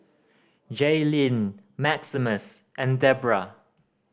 Jailene Maximus and Debbra